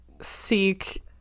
seek